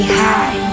high